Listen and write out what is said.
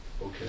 okay